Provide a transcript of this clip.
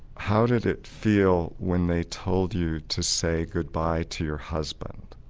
how did it feel when they told you to say goodbye to your husband.